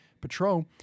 Patrol